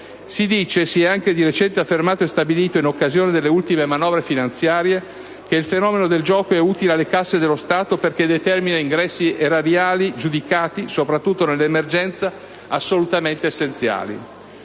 Si dice, si è anche di recente affermato e stabilito in occasione delle ultime manovre finanziarie, che il fenomeno del gioco è utile alle casse dello Stato, perché determina ingressi erariali giudicati - sopratutto nell'emergenza - assolutamente essenziali.